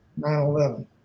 9-11